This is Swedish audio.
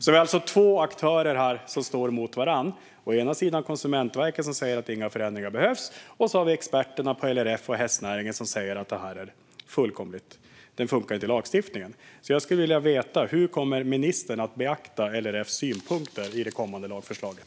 Vi har alltså två aktörer som står mot varandra. Å ena sidan har vi Konsumentverket, som säger att inga förändringar behövs. Å andra sidan har vi experterna på LRF och i hästnäringen, som säger att lagstiftningen inte funkar. Jag skulle vilja veta: Hur kommer ministern att beakta LRF:s synpunkter i det kommande lagförslaget?